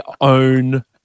own